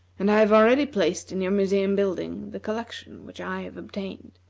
and i have already placed in your museum-building the collection which i have obtained.